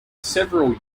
several